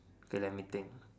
K let me think